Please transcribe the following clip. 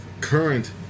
current